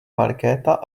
markéta